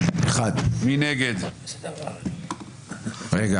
בעד, 9 נגד,